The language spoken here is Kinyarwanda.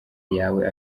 yawe